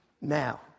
Now